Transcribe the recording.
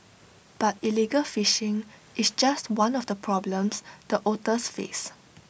but illegal fishing is just one of the problems the otters face